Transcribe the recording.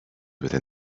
within